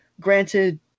Granted